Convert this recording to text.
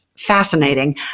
Fascinating